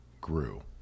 grew